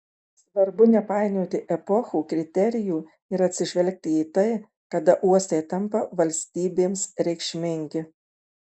svarbu nepainioti epochų kriterijų ir atsižvelgti į tai kada uostai tampa valstybėms reikšmingi